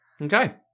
okay